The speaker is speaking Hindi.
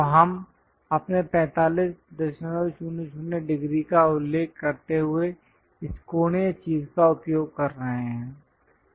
तो हम अपने 4500 डिग्री का उल्लेख करते हुए इस कोणीय चीज़ का उपयोग कर रहे हैं